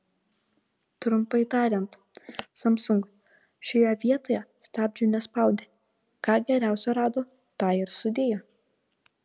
trumpai tariant samsung šioje vietoje stabdžių nespaudė ką geriausio rado tą ir sudėjo